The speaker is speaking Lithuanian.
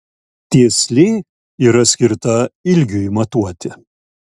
tieslė yra skirta ilgiui matuoti